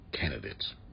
candidates